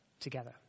together